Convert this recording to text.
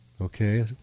okay